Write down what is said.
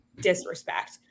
disrespect